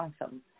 awesome